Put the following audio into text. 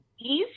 easy